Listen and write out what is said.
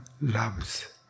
loves